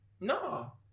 no